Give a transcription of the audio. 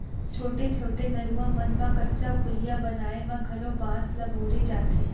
छोटे छोटे नरूवा मन म कच्चा पुलिया बनाए म घलौ बांस ल बउरे जाथे